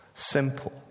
Simple